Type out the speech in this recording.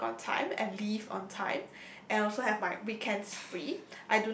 to work on time and leave on time and also have my weekends free